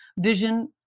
vision